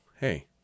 Hey